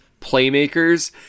playmakers